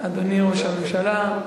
אדוני ראש הממשלה,